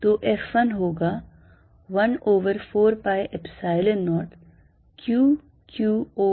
तो F1 होगा 1 over 4 pi epsilon 0 Q q over